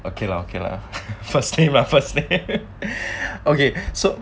okay lah okay lah first name lah first name okay so